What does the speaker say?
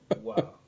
Wow